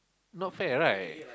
not fair right